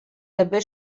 també